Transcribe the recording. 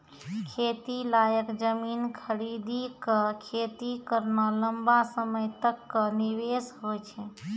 खेती लायक जमीन खरीदी कॅ खेती करना लंबा समय तक कॅ निवेश होय छै